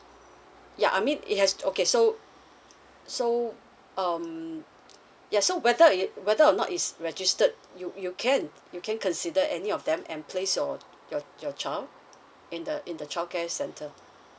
yeah I mean it has okay so so um yeah so whether it whether or not is registered you you can you can consider any of them and place or your your child in the in the childcare centre